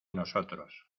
nosotros